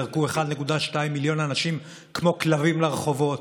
זרקו 1.2 מיליון אנשים כמו כלבים לרחובות,